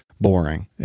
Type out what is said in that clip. boring